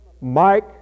Mike